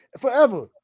forever